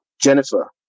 Jennifer